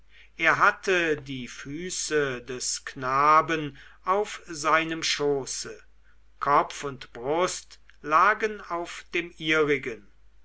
er hatte die füße des knaben auf seinem schoße kopf und brust lagen auf dem ihrigen